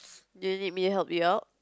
do you need me help you out